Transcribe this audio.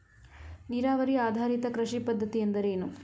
ನೀರಾವರಿ ಆಧಾರಿತ ಕೃಷಿ ಪದ್ಧತಿ ಎಂದರೇನು?